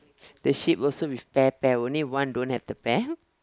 the sheep also with pair pair only one don't have the pair